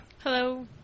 hello